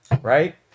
right